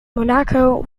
monaco